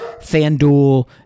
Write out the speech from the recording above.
FanDuel